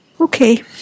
Okay